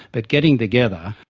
but getting together,